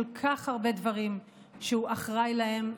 כל כך הרבה דברים שהוא אחראי להם.